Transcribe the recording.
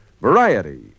Variety